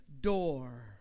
door